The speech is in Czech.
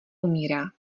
umírá